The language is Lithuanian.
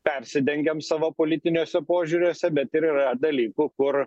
persidengiam savo politiniuose požiūriuose bet ir yra dalykų kur